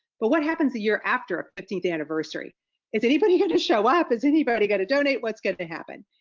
but what happens a year after our fifteenth anniversary, is anybody gonna show up is anybody got to donate what's going to happen?